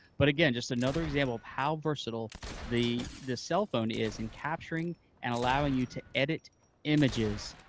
but again, just another example of how versatile the the cellphone is in capturing and allowing you to edit images